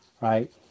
Right